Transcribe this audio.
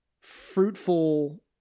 fruitful